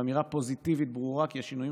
ואמירה פוזיטיבית ברורה כי השינויים